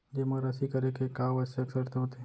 जेमा राशि करे के का आवश्यक शर्त होथे?